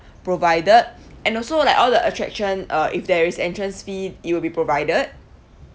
provided and also like all the attraction uh if there is entrance fee it will be provided